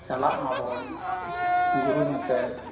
ᱪᱟᱞᱟᱜ ᱢᱟᱵᱚᱱ ᱜᱩᱨᱩ ᱧᱮᱯᱮᱞ